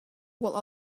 while